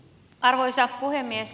arvoisa puhemies